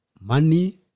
money